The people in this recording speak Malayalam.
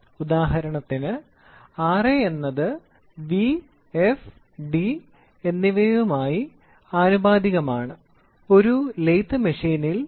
അതിനാൽ ഉദാഹരണത്തിന് Ra fd ഒരു ലേത്ത് മെഷീനിൽ